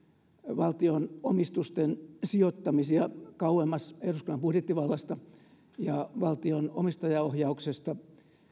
valtion omistusten sijoittamisia kauemmas eduskunnan budjettivallasta ja valtion omistajaohjauksesta